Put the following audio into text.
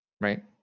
right